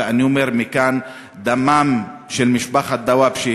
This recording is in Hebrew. ואני אומר מכאן: דמה של משפחת דוואבשה,